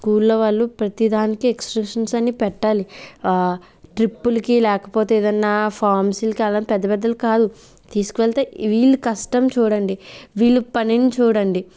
స్కూల్లో వాళ్ళు ప్రతిదానికి ఎక్స్ప్రెషన్స్ అన్ని పెట్టాలి ఆ ట్రిప్పులకి లేకపోతే ఏదన్న ఫార్మసీలకి వెళ్ళటం పెద్ద పెద్దవి కాదు తీసుకువెళ్తే వీళ్ళు కష్టం చూడండి వీళ్ళ పనిని చూడండి